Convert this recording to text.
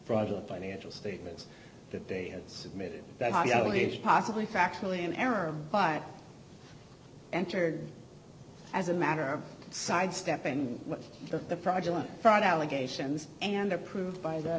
fraudulent financial statements that they had submitted that obligation possibly factually in error but entered as a matter of sidestepping the project on fraud allegations and approved by the